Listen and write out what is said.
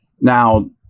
Now